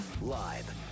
Live